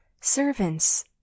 Servants